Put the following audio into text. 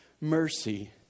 mercy